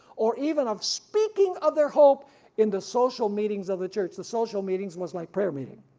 or even of speaking of their hope in the social meetings of the church. the social meetings was like prayer meeting,